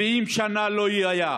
70 שנה לא היה.